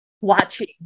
watching